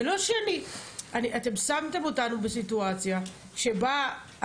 זה לא שאני --- אתם שמתם אותנו בסיטואציה כזאת,